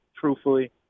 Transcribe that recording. Truthfully